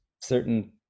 certain